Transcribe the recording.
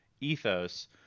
ethos